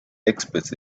experts